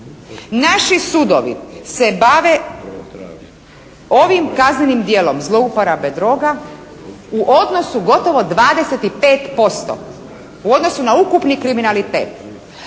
Naši sudovi se bave ovim kaznenim djelom zlouporabe droga u odnosu gotovo 25% u odnosu na ukupni kriminalitet,